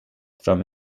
from